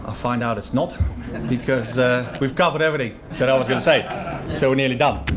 ah find out it's not and because we've covered everything that i was going to say so we're nearly done.